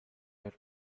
had